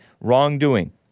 wrongdoing